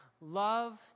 love